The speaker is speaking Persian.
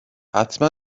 حتما